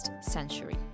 century